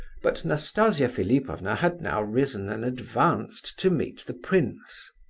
but nastasia philipovna had now risen and advanced to meet the prince.